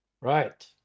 Right